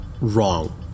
wrong